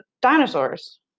dinosaurs